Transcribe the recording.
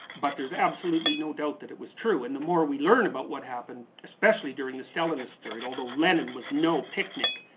but there's absolutely no doubt that it was true and the more we learn about what happened, especially during the stalinist period, although lenin was no picnic.